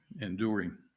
enduring